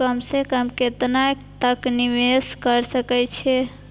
कम से कम केतना तक निवेश कर सके छी ए?